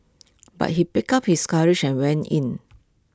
but he pick up his courage and went in